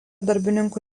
darbininkų